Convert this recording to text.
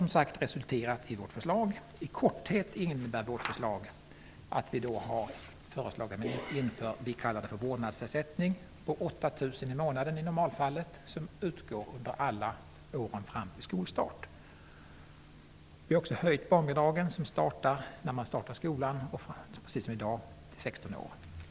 Detta har resulterat i vårt förslag, som i korthet innebär att vi vill införa vad vi kallar en vårdnadsersättning, vilken i normalfallet skall vara 8 000 kr i månaden och skall utgå under alla år fram till skolstarten. Vi föreslår också en höjning av barnbidraget, som skall börja utbetalas när skolgången börjar och precis som i dag skall fortsätta fram till 16 års ålder.